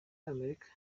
amerika